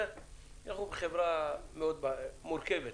אנחנו בחברה מורכבת.